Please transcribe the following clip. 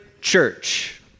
church